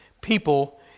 people